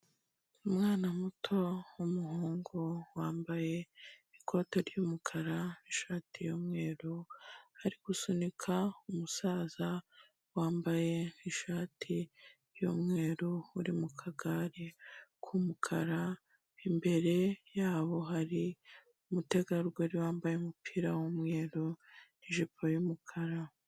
Umwana muto w'umuhungu wambaye ikoti ry'umukara n'ishati y'umweru, ari gusunika umusaza wambaye ishati y'umweru, uri mu kagare k'umukara, imbere yabo hari umutegarugori wambaye umupira w'umweru n'ijipo y'umukara.